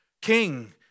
king